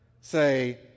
say